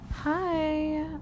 Hi